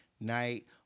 night